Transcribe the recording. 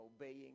obeying